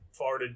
farted